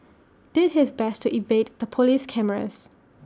did his best to evade the Police cameras